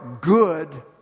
good